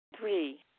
Three